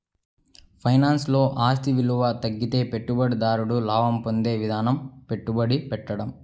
ఫైనాన్స్లో, ఆస్తి విలువ తగ్గితే పెట్టుబడిదారుడు లాభం పొందే విధంగా పెట్టుబడి పెట్టడం